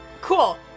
cool